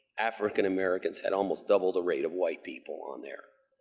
african americans had almost double the rate of white people on there.